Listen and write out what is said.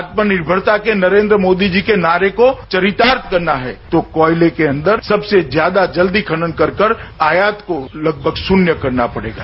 आत्मनिर्भरता के नरेन्द्र मोदी जी के नारे को चरितार्थ करना है तो कोयले के अंदर सबसे ज्यादा जल्दी खनन कर कर आयात को लगभग शून्य करना पड़ेगा